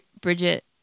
Bridget